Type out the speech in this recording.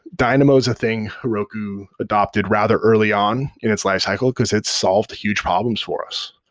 dynamo is a thing heroku adopted rather early on in its lifecycle, because it solved huge problems for us.